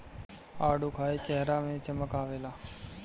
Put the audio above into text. आडू खाए चेहरा में चमक आवेला